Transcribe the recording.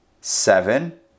seven